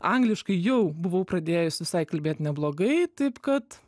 angliškai jau buvau pradėjus visai kalbėt neblogai taip kad